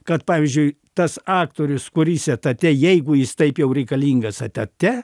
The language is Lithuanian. kad pavyzdžiui tas aktorius kuris etate jeigu jis taip jau reikalingas etate